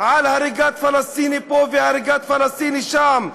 על הריגת פלסטיני פה והריגת פלסטיני שם,